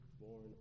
born